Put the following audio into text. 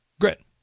grit